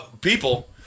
people